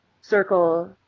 circle